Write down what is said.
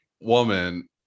woman